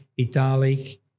Italic